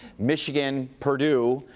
michigan purdue.